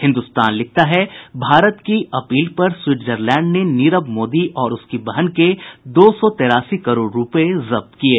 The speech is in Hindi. हिन्दुस्तान लिखता है भारत की अपील पर स्विट्जरलैंड ने नीरव मोदी और उसकी बहन के दो सौ तेरासी करोड़ रूपये जब्त किये